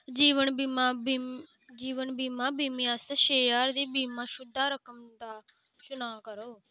जीवन बीमा जीवन बीमा बीमे आस्तै छे ज्हार दी बीमाशुदा रकम दा चुनांऽ करो